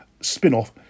spin-off